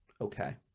okay